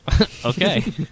Okay